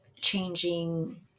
changing